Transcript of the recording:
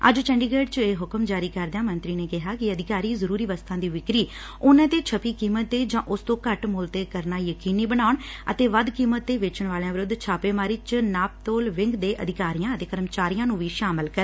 ੱਜ ਚੰਡੀਗੜ ਚ ਇਹ ਹੁਕਮ ਜਾਰੀ ਕਰਦਿਆਂ ਮੰਤਰੀ ਨੇ ਕਿਹੈ ਕਿ ਅਧਿਕਾਰੀ ਜ਼ਰੁਰੀ ਵਸਤਾ ਦੀ ਵਿਕਰੀ ਉਨਾਂ ਤੇ ਛਪੀ ਕੀਮਤ ਤੇ ਜਾਂ ਉਸ ਤੋਂ ਘੱਟ ਮੁੱਲ ਤੇ ਕਰਨਾ ਯਕੀਨੀ ਬਣਾਉਣ ਅਤੇ ਵੱਧ ਕੀਮਤ ਤੇ ਵੇਚਣ ਵਾਲਿਆਂ ਵਿਰੁੱਧ ਛਾਪੇਮਾਰੀ ਚ ਨਾਮਤੋਲ ਵਿੰਗ ਦੇ ਅਧਿਕਾਰੀਆਂ ਅਤੇ ਕਰਮਚਾਰੀਆਂ ਨੁੰ ਵੀ ਸ਼ਾਮਲ ਕਰਨ